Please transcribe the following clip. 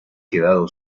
quedado